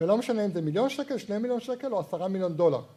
ולא משנה אם זה מיליון שקל, שני מיליון שקל או עשרה מיליון דולר